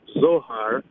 Zohar